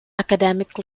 academic